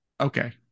Okay